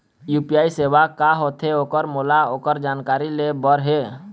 UPI सेवा का होथे ओकर मोला ओकर जानकारी ले बर हे?